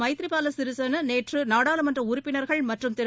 மைத்ரிபால சிறிசேனா நேற்று நாடாளுமன்ற உறுப்பினர்கள் மற்றும் திரு